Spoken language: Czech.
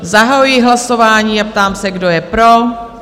Zahajuji hlasování a ptám se, kdo je pro?